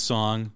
Song